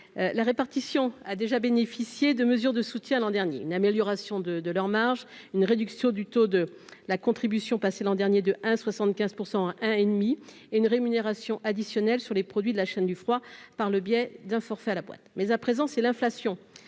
la répartition a déjà bénéficié de mesures de soutien à l'an dernier une amélioration de de leur marges une réduction du taux de la contribution passer l'an dernier de 1 75 % hein et demi et une rémunération additionnelle sur les produits de la chaîne du froid par le biais d'un forfait à la boîte, mais à présent c'est l'inflation